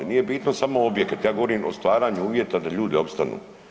Nije bitno samo objekat, ja govorim o stvaranju uvjeta da ljudi opstanu.